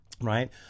right